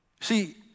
See